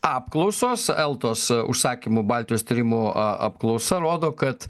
apklausos eltos užsakymu baltijos tyrimų apklausa rodo kad